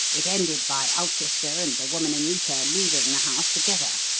it ended by ulchester and the woman anita leaving the house together.